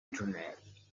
internet